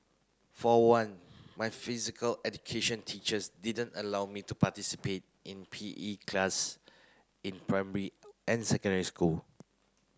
for one my physical education teachers didn't allow me to participate in P E class in primary and secondary school